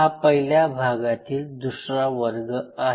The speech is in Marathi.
हा पहिल्या भागातील दुसरा वर्ग आहे